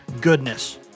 goodness